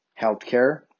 healthcare